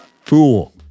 fool